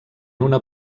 una